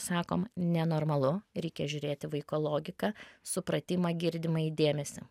sakom nenormalu reikia žiūrėti vaiko logiką supratimą girdimąjį dėmesį